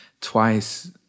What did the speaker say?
twice